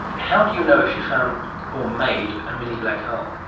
how do you know if you've found or made a mini black hole?